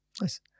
Nice